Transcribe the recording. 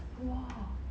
!wah!